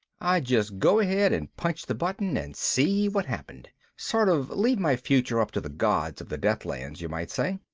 i'd just go ahead and punch the button and see what happened sort of leave my future up to the gods of the deathlands, you might say.